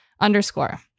underscore